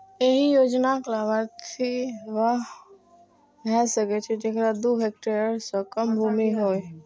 एहि योजनाक लाभार्थी वैह भए सकै छै, जेकरा दू हेक्टेयर सं कम भूमि होय